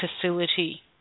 facility